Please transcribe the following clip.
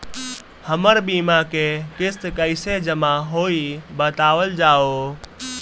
हमर बीमा के किस्त कइसे जमा होई बतावल जाओ?